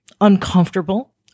uncomfortable